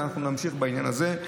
ואנחנו נמשיך בעניין הזה.